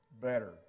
Better